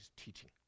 teaching